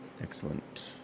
excellent